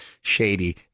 Shady